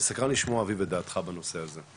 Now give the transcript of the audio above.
סקרן לשמוע, אביב, את דעתך בנושא הזה.